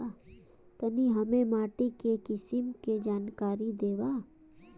तनि हमें माटी के किसीम के जानकारी देबा?